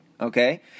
Okay